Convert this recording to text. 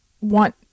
want